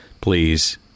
please